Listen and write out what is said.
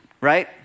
right